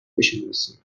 بشناسیم